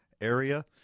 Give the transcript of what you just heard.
area